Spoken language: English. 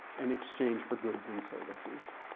and exchange for goods and services.